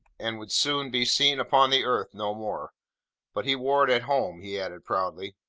and would soon be seen upon the earth no more but he wore it at home, he added proudly.